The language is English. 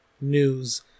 news